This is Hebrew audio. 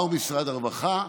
באו משרד הרווחה,